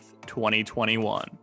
2021